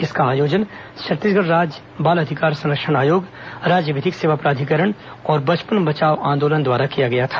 इसका आयोजन छत्तीसगढ़ बाल अधिकार संरक्षण आयोग राज्य विधिक सेवा प्राधिकरण और बचपन बचाओ आंदोलन द्वारा किया गया था